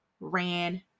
ran